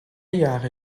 jahre